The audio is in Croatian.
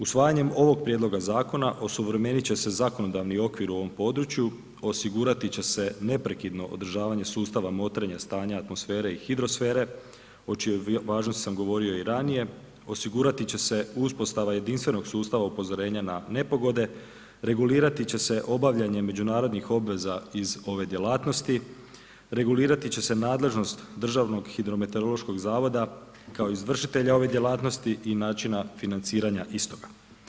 Usvajanjem ovog prijedloga zakona osuvremenit će se zakonodavni okvir u ovo području, osigurati će se neprekidno održavanje sustava motrenja stanja atmosfere i hidrosfere, o čijoj važnosti sam govorio i ranije, osigurati će se uspostava jedinstvenog sustava upozorenja na nepogode, regulirati će se obavljanje međunarodnih obveza iz ove djelatnosti, regulirati će se nadležnost Državnog hidrometeorološkog zavoda kao izvršitelja ove djelatnosti i načina financiranja istoga.